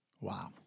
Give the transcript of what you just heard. Wow